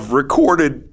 recorded